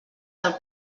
del